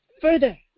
further